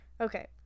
okay